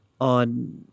on